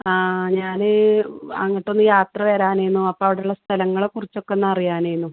ആ ഞാൻ അങ്ങോട്ടൊന്ന് യാത്ര വരാനെനു അപ്പോൾ അവിടുള്ള സ്ഥലങ്ങളെക്കുറിച്ചൊക്കെയൊന്ന് അറിയാനെനു